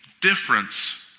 difference